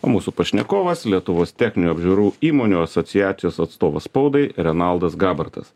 o mūsų pašnekovas lietuvos techninių apžiūrų įmonių asociacijos atstovas spaudai renaldas gabartas